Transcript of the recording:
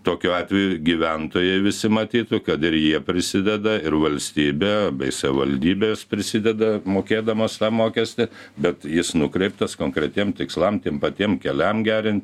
tokiu atveju gyventojai visi matytų kad ir jie prisideda ir valstybė bei savivaldybės prisideda mokėdamas tą mokestį bet jis nukreiptas konkretiem tikslam tiem patiem keliam gerint